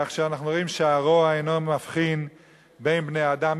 כך שאנחנו רואים שהרוע אינו מבחין בין בני-אדם.